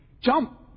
Jump